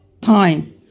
time